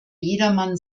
jedermann